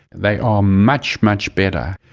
they are much, much better.